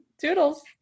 Toodles